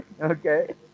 Okay